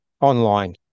online